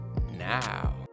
now